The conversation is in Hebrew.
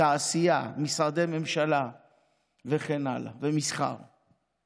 תעשייה, משרדי ממשלה ומסחר וכן הלאה.